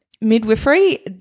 Midwifery